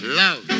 love